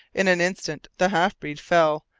in an instant the half-breed fell,